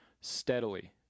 steadily